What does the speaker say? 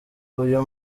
uyu